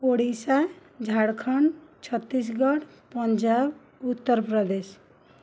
Odisha Jharkhand Chhattisgarh Punjab Uttar Pradesh